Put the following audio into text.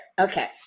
okay